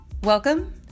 Welcome